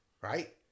right